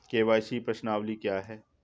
KYC प्रश्नावली क्या है?